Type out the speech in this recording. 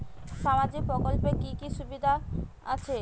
সামাজিক প্রকল্পের কি কি সুবিধা আছে?